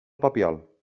papiol